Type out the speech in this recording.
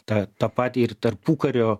tą tą patį ir tarpukario